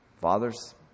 Fathers